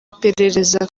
iperereza